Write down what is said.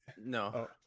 no